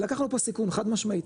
לקחנו פה סיכון חד משמעית,